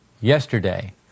Yesterday